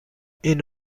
این